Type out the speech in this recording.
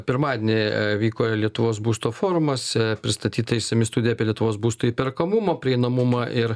pirmadienį vyko lietuvos būsto forumas e pristatyta išsami studija apie lietuvos būsto įperkamumo prieinamumą ir